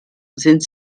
sind